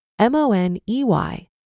M-O-N-E-Y